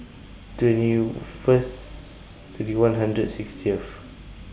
twenty YOU First twenty one hundred sixtieth